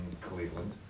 Cleveland